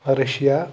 Russia